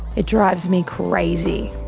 it drives me crazy.